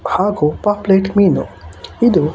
ಹಾಗು ಪಾಪ್ಲೇಟ್ ಮೀನು ಇದು